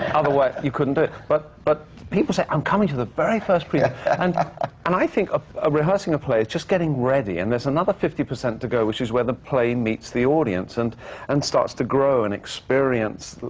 otherwise you couldn't do it. but but people say, i'm coming to the very first preview. ah and and i think ah ah rehearsing a play is just getting ready, and there's another fifty percent to go, which is where the play meets the audience and and starts to grow and experience.